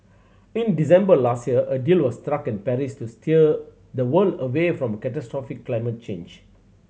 in December last year a deal was struck in Paris to steer the world away from catastrophic climate change